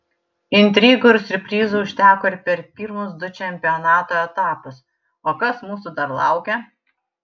intrigų ir siurprizų užteko ir per pirmus du čempionato etapus o kas mūsų dar laukia